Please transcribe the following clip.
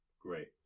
Great